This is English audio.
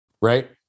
right